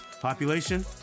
Population